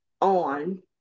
on